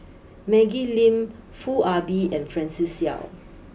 Maggie Lim Foo Ah Bee and Francis Seow